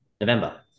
November